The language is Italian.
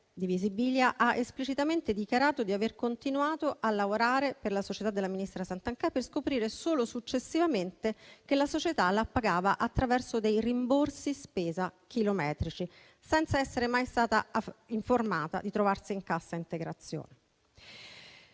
ha esplicitamente dichiarato di aver continuato a lavorare per la società del ministro Santanchè, per scoprire solo successivamente che la società la pagava attraverso dei rimborsi spesa chilometrici e senza essere mai stata informata di trovarsi in cassa integrazione.